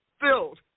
filled